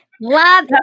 Love